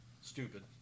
stupid